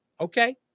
Okay